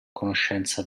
conoscenza